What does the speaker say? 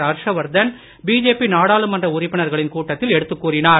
Harshvardhan BJP நாடாளுமன்ற உறுப்பினர்களின் கூட்டத்தில் எடுத்துக் கூறினார்